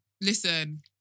Listen